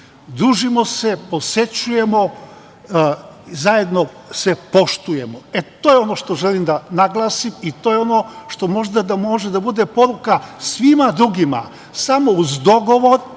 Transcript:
Družimo se, posećujemo, zajedno se poštujemo. To je ono što želim da naglasim i to je ono što možda može da bude poruka svima drugima, samo uz dogovor,